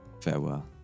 Farewell